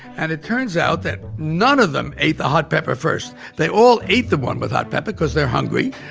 and it turns out that none of them ate the hot pepper first. they all ate the one with hot pepper because they're hungry.